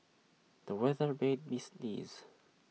the weather made me sneeze